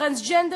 טרנסג'נדרים,